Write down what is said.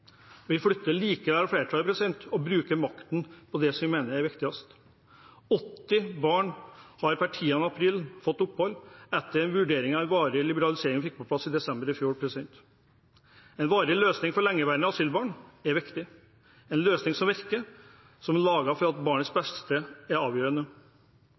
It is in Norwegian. Vi flytter likevel flertallet og bruker makten på det som vi mener er viktigst. 80 barn har per 10. april fått opphold etter å ha blitt vurdert etter den varige liberalisingen vi fikk på plass i desember i fjor. En varig løsning for lengeværende asylbarn er viktig – en løsning som virker, som er laget fordi barnets beste er avgjørende.